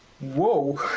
whoa